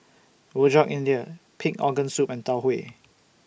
Rojak India Pig Organ Soup and Tau Huay